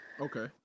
Okay